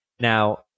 Now